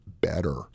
better